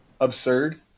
absurd